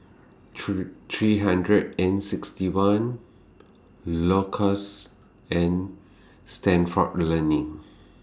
three three hundred and sixty one Loacker's and Stalford Learning